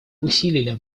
усилили